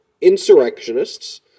insurrectionists